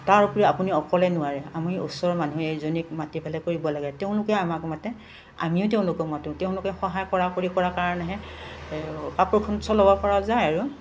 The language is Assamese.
তাৰ উপৰি আপুনি অকলে নোৱাৰে আমি ওচৰ মানুহে এজনীক মাতি পেলাই কৰিব লাগে তেওঁলোকেও আমাক মাতে আমিও তেওঁলোকক মাতো তেওঁলোকে সহায় কৰা কৰি কৰা কাৰণেহে কাপোৰখন চলাব পৰা যায় আৰু